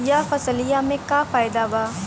यह फसलिया में का फायदा बा?